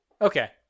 Okay